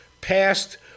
passed